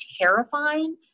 terrifying